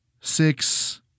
six